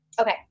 Okay